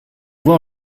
voir